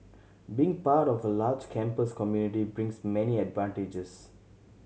being part of a large campus community brings many advantages